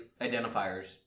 identifiers